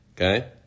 Okay